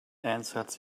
answered